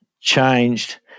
changed